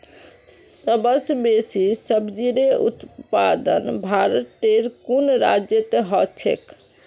सबस बेसी सब्जिर उत्पादन भारटेर कुन राज्यत ह छेक